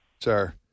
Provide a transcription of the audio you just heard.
sir